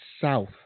South